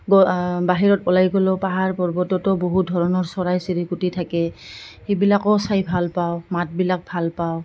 গ বাহিৰত ওলাই গ'লেও পাহাৰ পৰ্বততো বহুত ধৰণৰ চৰাই চিৰিকটি থাকে সেইবিলাকো চাই ভাল পাওঁ মাতবিলাক ভাল পাওঁ